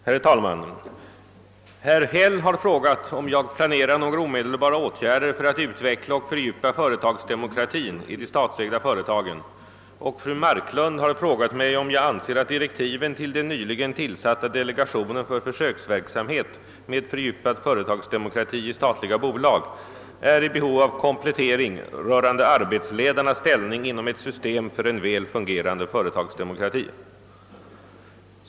Herr talman! Herr Häll har frågat om jag planerar några omedelbara åtgärder för att utveckla och fördjupa företagsdemokratin i de statsägda företagen, och fru Marklund har frågat mig om jag anser att direktiven till den nyligen tillsatta delegationen för försöksverksamhet med fördjupad företagsdemokrati i statliga bolag är i behov av komplettering rörande arbetsledarnas ställning inom ett system för en väl fungerande företagsdemokrati.